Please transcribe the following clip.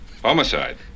Homicide